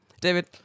David